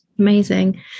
Amazing